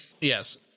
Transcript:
Yes